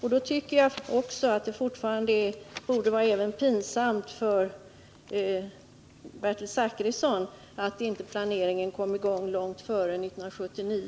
Jag vidhåller att det borde vara pinsamt för Bertil Zachrisson att inte planeringen kom i gång långt före 1979.